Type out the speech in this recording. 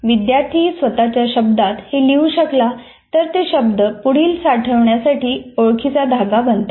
विद्यार्थी स्वतःच्या शब्दात हे लिहू शकला तर ते शब्द पुढील साठवण्यासाठी ओळखीचा धागा बनतात